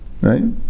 right